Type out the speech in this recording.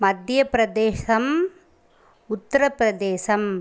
Madhya Pradesh Uttar Pradesh